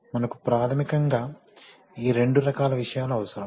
మనకు ప్రాథమికంగా ఈ రెండు రకాల విషయాలు అవసరం